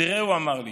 תראה, הוא אמר לי,